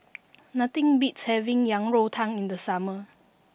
nothing beats having Yang Rou Tang in the summer